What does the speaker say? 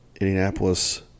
Indianapolis